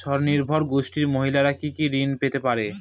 স্বনির্ভর গোষ্ঠীর মহিলারা কি কি ঋণ পেতে পারে?